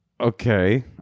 Okay